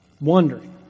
Wondering